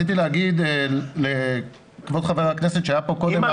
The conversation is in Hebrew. רציתי להתייחס בנושא הזה שאלת כבוד חבר הכנסת שהיה כאן קודם.